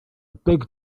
big